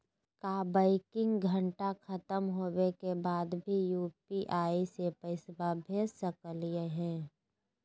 का बैंकिंग घंटा खत्म होवे के बाद भी यू.पी.आई से पैसा भेज सकली हे?